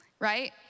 right